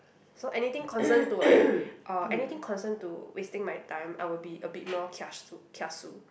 so anything concerned to like uh anything concerned to wasting my time I will be a bit more kiasu kiasu